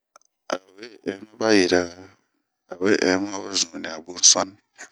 A we ɛn ma ba yira ra a we ɛn ma o zun ɲa bun suani.